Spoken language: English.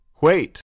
Wait